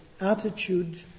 attitude